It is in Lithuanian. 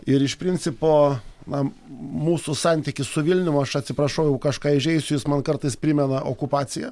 ir iš principo na mūsų santykis su vilnium aš atsiprašau jeigu kažką įžeisiu jis man kartais primena okupaciją